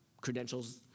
credentials